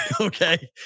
okay